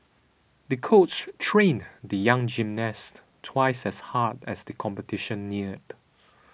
the coach trained the young gymnast twice as hard as the competition neared